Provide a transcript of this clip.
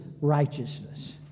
righteousness